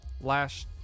Lash